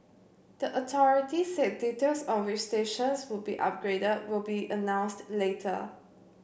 the authority said details on which stations would be upgraded will be announced later